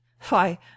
Why